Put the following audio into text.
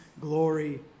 glory